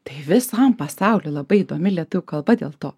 tai visam pasauliui labai įdomi lietuvių kalba dėl to